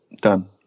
Done